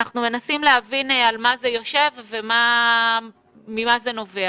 אנחנו מנסים להבין על מה זה יושב וממה זה נובע.